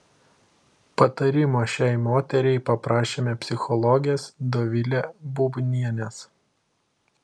patarimo šiai moteriai paprašėme psichologės dovilė bubnienės